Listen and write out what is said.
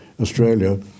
Australia